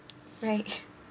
right